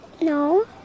No